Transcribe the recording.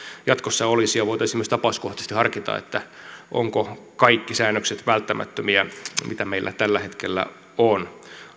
jatkossa olisi ja voitaisiin myös tapauskohtaisesti harkita ovatko kaikki säännökset välttämättömiä mitä meillä tällä hetkellä on